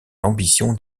l’ambition